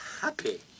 happy